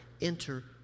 enter